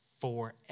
forever